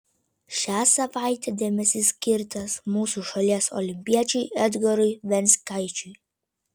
šią savaitę dėmesys skirtas mūsų šalies olimpiečiui edgarui venckaičiui